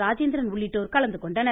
ராஜேந்திரன் உள்ளிட்டோர் கலந்துகொண்டனர்